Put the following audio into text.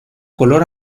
color